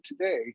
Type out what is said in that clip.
today